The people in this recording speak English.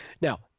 Now